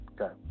Okay